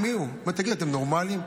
תגידו לי, אתם נורמליים?